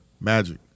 Magic